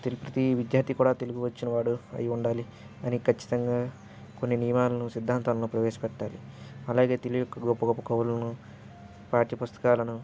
ప్రతీ విద్యార్థి కూడా తెలుగు వచ్చినవాడు అయి ఉండాలి అని ఖచ్చితంగా కొన్ని నియమాలను సిద్ధాంతాలను ప్రవేశపెట్టాలి అలాగే తెలుగు యొక్క గొప్ప గొప్ప కవులను పాఠ్య పుస్తకాలను